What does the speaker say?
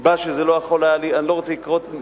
אני לא רוצה לדבר על הסיבה,